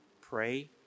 pray